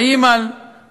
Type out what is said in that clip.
האם על ה"חמאס",